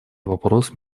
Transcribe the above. вопрос